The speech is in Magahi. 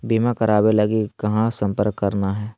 बीमा करावे के लिए कहा संपर्क करना है?